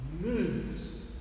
moves